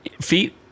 feet